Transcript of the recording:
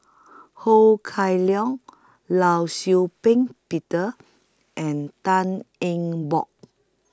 Ho Kah Leong law Shau Ping Peter and Tan Eng Bock